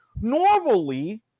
normally